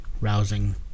rousing